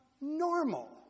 normal